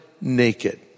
naked